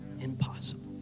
impossible